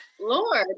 lord